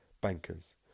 Bankers